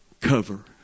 cover